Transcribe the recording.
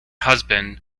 husband